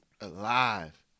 alive